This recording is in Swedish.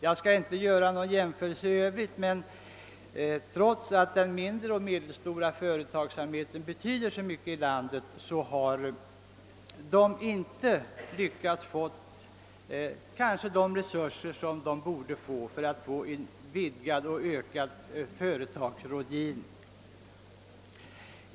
Jag skall inte göra någon jämförelse i Övrigt, men trots att den mindre och medelstora företagsamheten i landet betyder så mycket har den kanske inte fått så stora resurser som den borde ha för att möjliggöra en ökad företagarrådgivning.